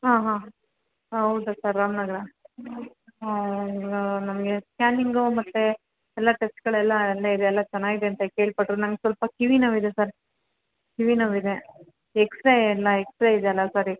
ಹಾಂ ಹಾಂ ಹಾಂ ಹೌದಾ ಸರ್ ರಾಮನಗ್ರ ನಮಗೆ ಸ್ಕ್ಯಾನಿಂಗು ಮತ್ತು ಎಲ್ಲ ಟೆಸ್ಟ್ಗಳೆಲ್ಲ ಅಲ್ಲೇ ಇದೆ ಎಲ್ಲ ಚೆನ್ನಾಗಿದೆ ಅಂತ ಕೇಳ್ಪಟ್ವಿ ನಂಗೆ ಸ್ವಲ್ಪ ಕಿವಿ ನೋವಿದೆ ಸರ್ ಕಿವಿ ನೋವಿದೆ ಎಕ್ಸ್ರೇ ಎಲ್ಲ ಎಕ್ಸ್ರೇ ಇದೆಲ್ಲ ಸರ್